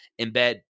embed